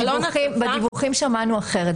בדיווחים שמענו אחרת.